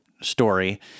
story